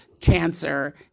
cancer